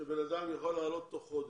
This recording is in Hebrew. שבן אדם יוכל לעלות תוך חודש.